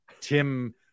tim